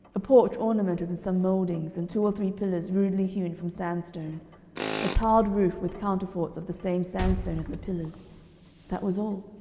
a porch ornamented with some mouldings, and two or three pillars rudely hewn from sandstone a tiled roof with counterforts of the same sandstone as the pillars that was all.